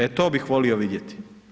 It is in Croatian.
E to bih volio vidjeti.